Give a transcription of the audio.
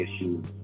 issues